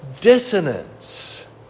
dissonance